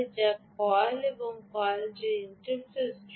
যা কয়েল এবং কয়েলটি ইন্টারফেসযুক্ত